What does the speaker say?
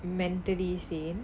mentally sane